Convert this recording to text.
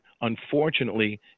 unfortunately